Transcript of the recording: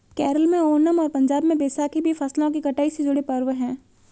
केरल में ओनम और पंजाब में बैसाखी भी फसलों की कटाई से जुड़े पर्व हैं